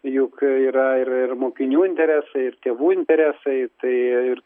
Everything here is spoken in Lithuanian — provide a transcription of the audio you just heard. juk yra ir ir mokinių interesai ir tėvų interesai tai ir